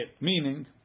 Meaning